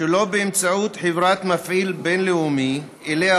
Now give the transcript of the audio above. שלא באמצעות חברת מפעיל בין-לאומי שאליה